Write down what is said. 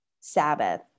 Sabbath